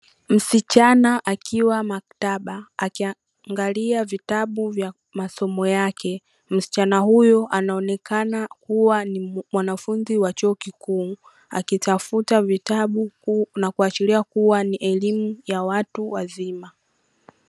Msichana akiwa maktaba akiangalia vitabu vya masomo yake. Msichana huyu anaonekana kuwa ni mwanafunzi wa chuo kikuu akitafuta vitabu na kuashiria kuwa ni elimu ya watu wazima.